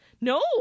No